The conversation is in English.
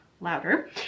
louder